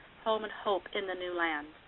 home and hope in the new land.